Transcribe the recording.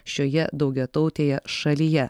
šioje daugiatautėje šalyje